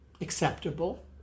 acceptable